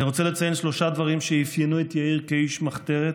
אני רוצה לציין שלושה דברים שאפיינו את יאיר כאיש מחתרת,